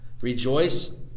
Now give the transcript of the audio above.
Rejoice